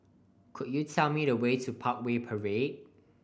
could you tell me the way to Parkway Parade